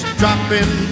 dropping